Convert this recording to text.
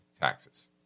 taxes